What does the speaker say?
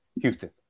Houston